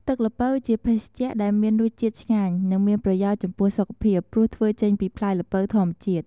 ទឹកល្ពៅជាភេសជ្ជៈដែលមានរសជាតិឆ្ងាញ់ និងមានប្រយោជន៍ចំពោះសុខភាព ព្រោះធ្វើចេញពីផ្លែល្ពៅធម្មជាតិ។